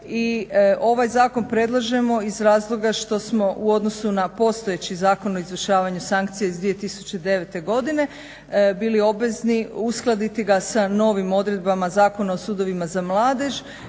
ovaj zakon predlažemo iz razloga što smo u odnosu na postojeći Zakon o izvršavanju sankcija iz 2009. godine bili obvezni uskladiti ga sa novim odredbama Zakona o sudovima za mladež